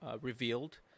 revealed